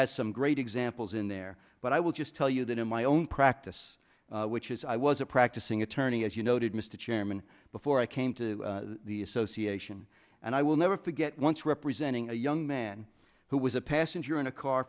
has some great examples in there but i will just tell you that in my own practice which is i was a practicing attorney as you noted mr chairman before i came to the association and i will never forget once representing a young man who was a passenger in a car